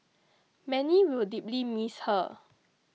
many will deeply miss her